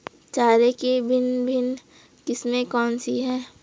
चारे की भिन्न भिन्न किस्में कौन सी हैं?